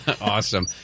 Awesome